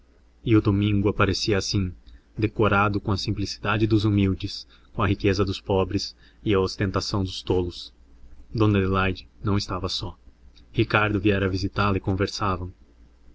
e o domingo aparecia assim decorado com a simplicidade dos humildes com a riqueza dos pobres e a ostentação dos tolos dona adelaide não estava só ricardo viera visitá-la e conversavam